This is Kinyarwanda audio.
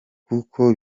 kuko